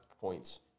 points